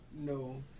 no